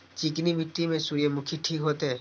चिकनी मिट्टी में सूर्यमुखी ठीक होते?